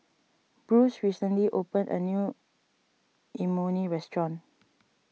Bruce recently opened a new Imoni Restaurant